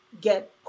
get